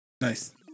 Nice